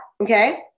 okay